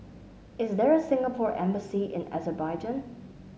is there a Singapore Embassy in Azerbaijan